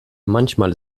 manchmal